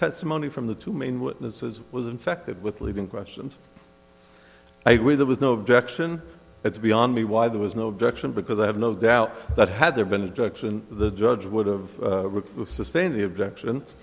testimony from the two main witnesses was infected with leaving questions i agree there was no objection it's beyond me why there was no objection because i have no doubt that had there been a direction the judge would have to sustain the objection